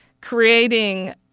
creating –